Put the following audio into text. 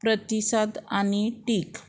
प्रतिसाद आनी टीख